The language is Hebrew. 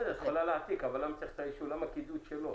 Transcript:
בסדר, את יכולה להעתיק אבל למה הקידוד שלו?